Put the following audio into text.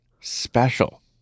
special